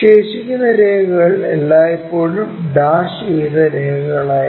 ശേഷിക്കുന്ന രേഖകൾ എല്ലായ്പ്പോഴും ഡാഷ് ചെയ്ത രേഖകളായിരിക്കും